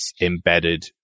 embedded